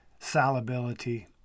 salability